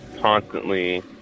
constantly